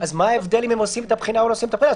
אז מה ההבדל אם הם עושים את הבחינה או לא עושים את הבחינה?